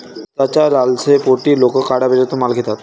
स्वस्ताच्या लालसेपोटी लोक काळ्या बाजारातून माल घेतात